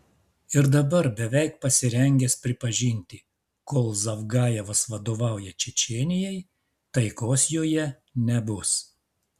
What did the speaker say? ir dabar beveik pasirengęs pripažinti kol zavgajevas vadovauja čečėnijai taikos joje nebus